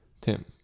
Tim